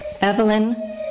Evelyn